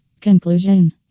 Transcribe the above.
Conclusion